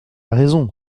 raison